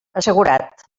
assegurat